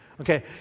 Okay